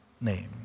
name